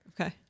Okay